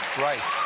right.